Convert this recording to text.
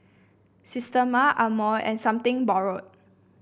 Systema Amore and Something Borrowed